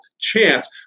chance